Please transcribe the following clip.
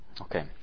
Okay